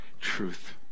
truth